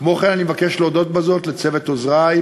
כמו כן אני מבקש להודות בזה לצוות עוזרי,